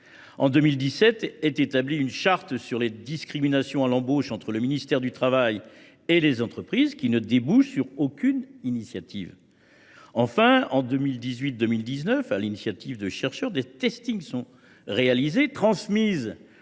En 2017 a été établie une charte sur les discriminations à l’embauche entre le ministère du travail et les entreprises, qui ne débouche sur aucune initiative. En 2018 2019, sur l’initiative de chercheurs, des sont réalisés et transmis